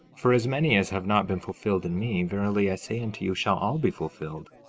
for as many as have not been fulfilled in me, verily i say unto you, shall all be fulfilled.